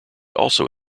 also